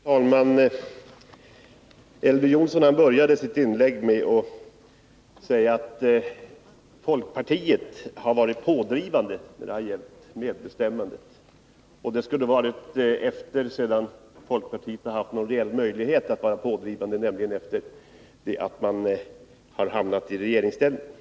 Fru talman! Elver Jonsson började sitt inlägg med att säga att folkpartiet har varit pådrivande när det gällt medbestämmandet. Det skulle man ha varit efter det att man haft en reell möjlighet därtill, nämligen sedan folkpartiet hamnat i regeringsställning.